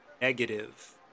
negative